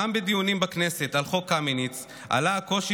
גם בדיונים בכנסת על חוק קמיניץ עלה הקושי